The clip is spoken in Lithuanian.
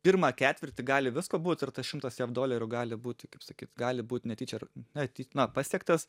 pirmą ketvirtį gali visko būt ir tas šimtas jav dolerių gali būti kaip sakyt gali būt netyčia ir net na pasiektas